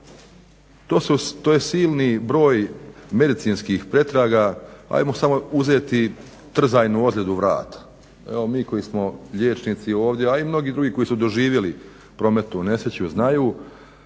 To je silni broj medicinskih pretraga, ajmo samo uzeti trzajnu ozljedu vrata. Evo mi koji smo liječnici, a i mnogi drugi koji su doživjeli prometnu nesreću znaju